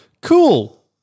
Cool